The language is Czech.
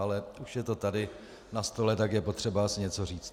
Ale už je to tady na stole, tak je potřeba si něco říct.